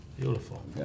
beautiful